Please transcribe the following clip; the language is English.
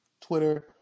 Twitter